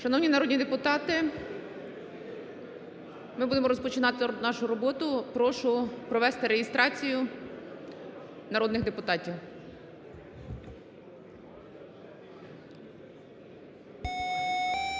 Шановні народні депутати, ми будемо розпочинати нашу роботу. Прошу провести реєстрацію народних депутатів.